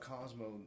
Cosmo